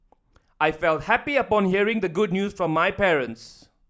I felt happy upon hearing the good news from my parents